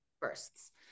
bursts